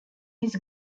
this